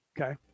Okay